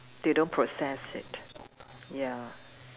they don't process it ya